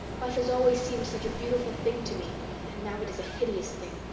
life has always seemed such a beautiful thing to me and now it is a hideous thing.